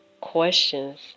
questions